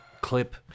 Clip